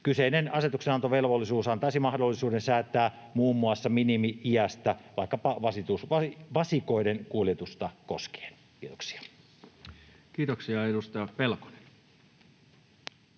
Kyseinen asetuksenantovelvollisuus antaisi mahdollisuuden säätää muun muassa minimi-iästä vaikkapa vasikoiden kuljetusta koskien. — Kiitoksia. Kiitoksia. — Edustaja Pelkonen.